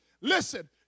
Listen